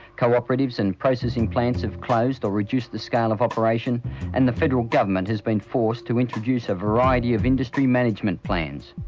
co-operatives and processing plants have closed, or reduced the scale of operation and the federal government has been forced to introduce a variety of industry management plans.